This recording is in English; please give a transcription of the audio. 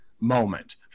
moment